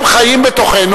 הם חיים בתוכנו,